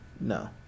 No